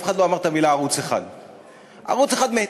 אף אחד לא אמר "ערוץ 1". ערוץ 1 מת.